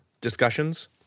discussions